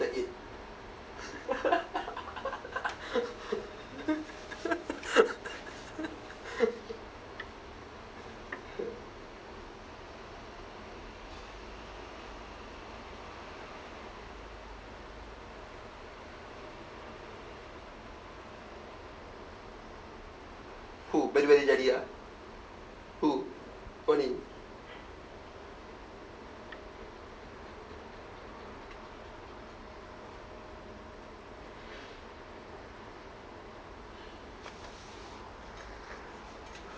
who who